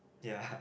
ya